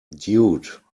dude